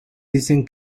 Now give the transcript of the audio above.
dicen